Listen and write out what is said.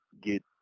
get